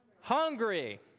hungry